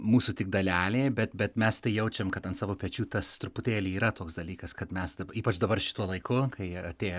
mūsų tik dalelė bet bet mes tai jaučiam kad ant savo pečių tas truputėlį yra toks dalykas kad mes taip ypač dabar šituo laiku kai artėja